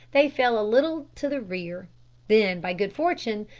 they fell a little to the rear then, by good fortune,